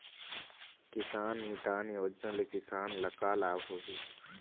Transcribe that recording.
किसान मितान योजना ले किसान ल का लाभ होही?